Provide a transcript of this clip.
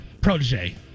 protege